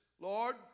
Lord